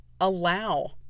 allow